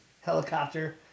helicopter